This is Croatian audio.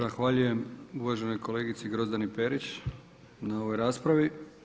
Zahvaljujem uvaženoj kolegici Grozdani Perić na ovoj raspravi.